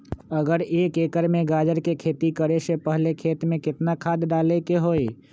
अगर एक एकर में गाजर के खेती करे से पहले खेत में केतना खाद्य डाले के होई?